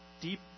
Deep